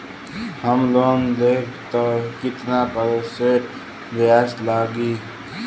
हम लोन लेब त कितना परसेंट ब्याज लागी?